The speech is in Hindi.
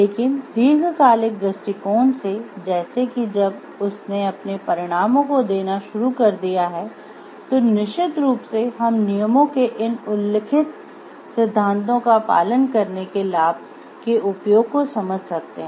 लेकिन दीर्घकालिक दृष्टिकोण से जैसे कि जब उसने अपने परिणामों को देना शुरू कर दिया है तो निश्चित रूप से हम नियमों के इन उल्लिखित सिद्धांतों का पालन करने के लाभ के उपयोग को समझ सकते हैं